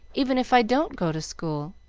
even if i don't go to school.